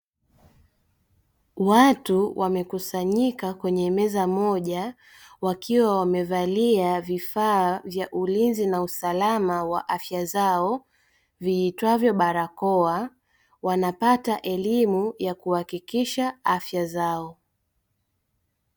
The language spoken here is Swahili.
Watu wamekusanyika kwenye meza moja, wakiwa wamevalia vifaa vya ulinzi na usalama wa afya zao, viitwavyo barakoa, wanapata elimu ya kuhakikisha afya zao.